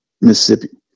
Mississippi